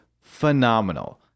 phenomenal